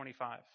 25